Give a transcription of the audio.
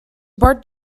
bart